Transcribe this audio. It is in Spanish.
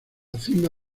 cima